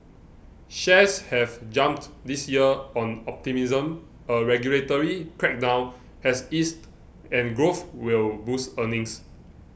shares have jumped this year on optimism a regulatory crackdown has eased and growth will boost earnings